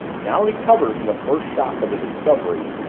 now recovered from the first shock of the discovery,